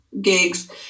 gigs